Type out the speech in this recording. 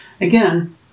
Again